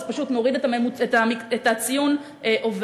אז פשוט נוריד את הציון "עובר".